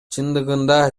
чындыгында